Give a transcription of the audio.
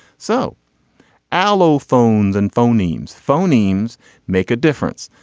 so aloe phones and phonemes phonemes make a difference.